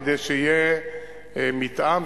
כדי שיהיה מִתאם,